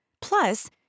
Plus